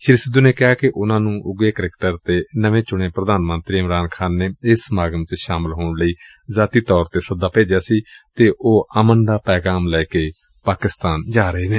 ਸ਼ੀ ਸਿੱਧੁ ਨੇ ਕਿਹਾ ਕਿ ਉਨਾਂ ਨੂੰ ਉਘੇ ਕਿਕੇਟਰ ਅਤੇ ਨਵੇਂ ਚੁਣੇ ਪ੍ਧਾਨ ਮੰਤਰੀ ਇਮਰਾਨ ਖ਼ਾਨ ਨੇ ਇਸ ਸਮਾਗਮ ਚ ਸ਼ਾਮਲ ਹੋਣ ਲਈ ਸੱਦਾ ਭੇਜਿਆ ਸੀ ਅਤੇ ਉਹ ਅਮਨ ਦਾ ਪੈਗ਼ਾਮ ਲੈ ਕੇ ਜਾ ਰਹੇ ਨੇ